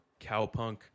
cowpunk